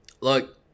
Look